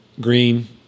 Green